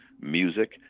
music